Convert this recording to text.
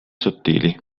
sottili